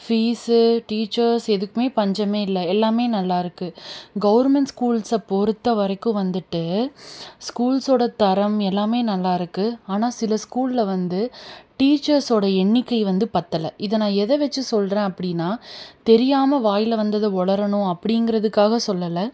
piece teachers எதுக்குமே பஞ்சமே இல்லை எல்லாமே நல்லா இருக்குது கவர்மெண்ட் ஸ்கூல்ஸை பொறுத்த வரைக்கும் வந்துட்டு ஸ்கூல்ஸோட தரம் எல்லாமே நல்லா இருக்குது ஆனால் சில ஸ்கூலில் வந்து டீச்சர்ஸோடய எண்ணிக்கை வந்து பத்தலை இதை நான் எதை வச்சு சொல்கிறேன் அப்படினா தெரியாமல் வாயில் வந்ததை உளரனும் அப்படிங்கறத்துகாக சொல்லலை